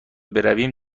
برویم